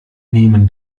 nehmen